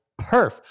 perf